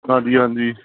ਹਾਂਜੀ ਹਾਂਜੀ